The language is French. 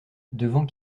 devant